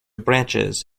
branches